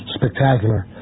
spectacular